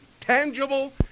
tangible